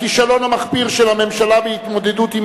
הכישלון המחפיר של הממשלה בהתמודדות עם